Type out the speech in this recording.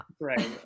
Right